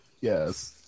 yes